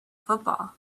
football